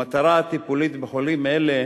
המטרה הטיפולית בחולים אלה